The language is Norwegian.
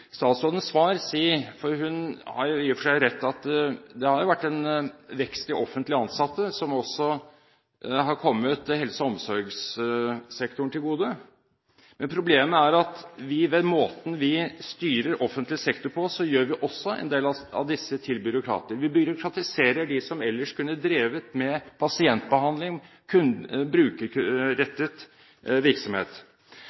statsrådens svar si – for hun har jo i og for seg rett i at det har vært en vekst i antallet offentlig ansatte, som også har kommet helse- og omsorgssektoren til gode: Problemet er at vi ved måten vi styrer offentlig sektor på, også gjør en del av de ansatte til byråkrater. Vi byråkratiserer dem som ellers kunne drevet med pasientbehandling